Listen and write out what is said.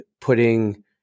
putting